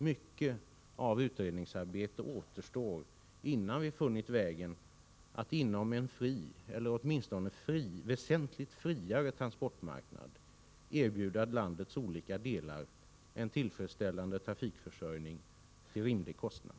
Mycket av utredningsarbete återstår innan vi funnit vägen att inom en fri eller åtminstone väsentligt friare transportmarknad erbjuda landets olika delar en tillfredsställande trafikförsörjning till rimlig kostnad.